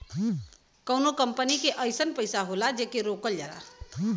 कउनो कंपनी के अइसन पइसा होला जेके रोकल जाला